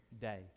day